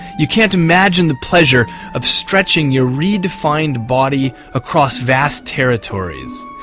you can't imagine the pleasure of stretching your redefined body across vast territories,